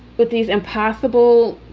with these impossible